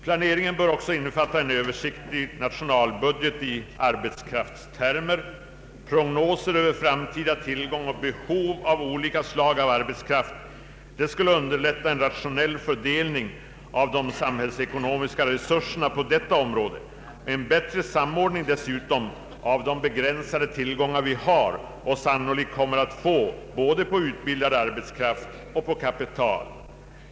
Planeringen bör också innefatta en översiktlig nationalbudget i arbetskraftstermer. Prognoser över framtida tillgång och behov av olika slag av arbetskraft skulle underlätta en rationell fördelning av de samhällsekonomiska resurserna på detta område — en bättre samordning av de begränsade tillgångar vi har och sannolikt kommer att få både på utbildad arbetskraft och på kapital.